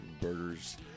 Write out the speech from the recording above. burgers